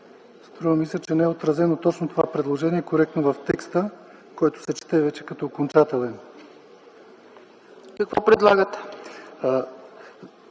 Струва ми се, че не е отразено точно това предложение коректно в текста, който се чете вече като окончателен. ПРЕДСЕДАТЕЛ